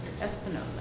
Espinoza